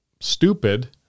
stupid